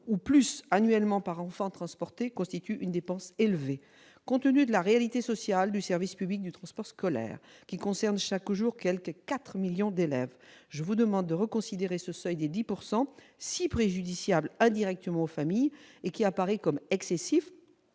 ou plus annuellement par enfant transporté constitue une dépense élevée. Compte tenu de la réalité sociale du service public de transport scolaire, qui concerne chaque jour 4 millions d'élèves, je vous demande de reconsidérer ce seuil de 10 %, si préjudiciable indirectement aux familles. Celui-ci apparaît excessif